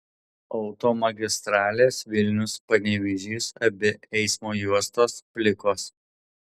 automagistralės vilnius panevėžys abi eismo juostos plikos